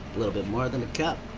little bit more than a cup.